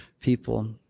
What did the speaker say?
people